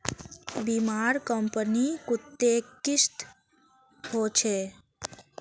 बीमार कंपनी कत्ते किस्म होछे